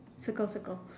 circle circle